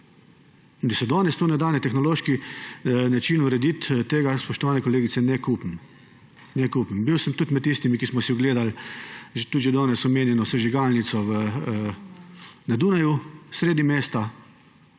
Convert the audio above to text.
da se danes to ne da na tehnološki način urediti, tega jaz, spoštovane kolegice, ne kupim. Ne kupim. Bil sem tudi med tistimi, ki smo si ogledali tudi že danes omenjeno sežigalnico na Dunaju sredi mesta.